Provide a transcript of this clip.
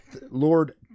Lord